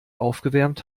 aufgewärmt